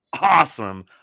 awesome